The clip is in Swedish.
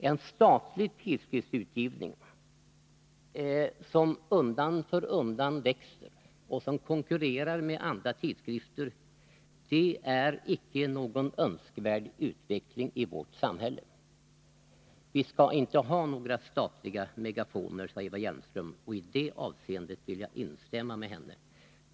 En statlig tidskriftsutgivning, som undan för undan växer och som konkurrerar med andra tidskrifter, är icke någon önskvärd utveckling i vårt samhälle. Vi skall inte ha några statliga megafoner, sade Eva Hjelmström, och i det avseendet vill jag instämma med henne.